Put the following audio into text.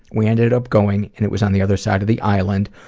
we ended up going and it was on the other side of the island,